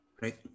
right